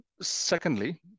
secondly